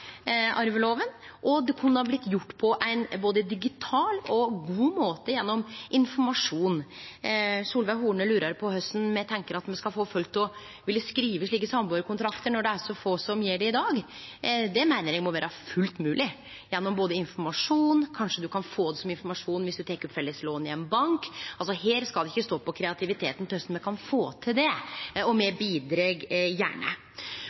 og det kunne ha blitt gjort på ein både digital og god måte gjennom informasjon. Solveig Horne lurar på korleis me tenkjer at me skal få folk til å vilje skrive slike sambuarkontraktar når det er så få som gjer det i dag. Det meiner eg må vere fullt mogleg gjennom informasjon – kanskje ein kan få det som informasjon dersom ein tek opp felles lån i ein bank. Her skal det ikkje stå på kreativiteten når det gjeld korleis me kan få det til, og me bidreg gjerne.